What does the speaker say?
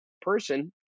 person